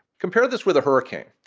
compare this with a hurricane.